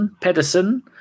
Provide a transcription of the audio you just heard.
Pedersen